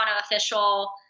Official